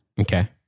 Okay